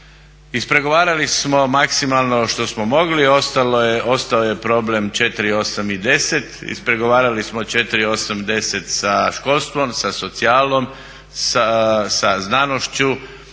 Ispregovarali smo maksimalno što smo mogli ostao je problem 4,80. Ispregovarali smo 4,80 sa školstvom, sa socijalom, sa znanošću.